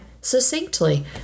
succinctly